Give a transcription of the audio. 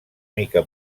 mica